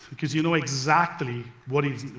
because you know exactly what is